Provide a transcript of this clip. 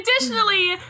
additionally